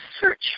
search